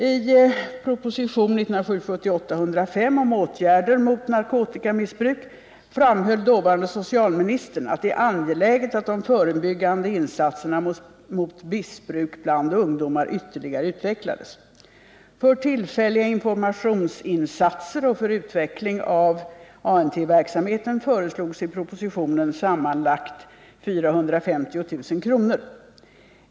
I propositionen 1977/78:105 om åtgärder mot narkotikamissbruk framhöll dåvarande socialministern att det var angeläget att de förebyggande insatserna mot missbruk bland ungdomar ytterligare utvecklades. För tillfälliga informationsinsatser och för utveckling av ANT-verksamheten föreslogs i propositionen sammanlagt 450 000 kr.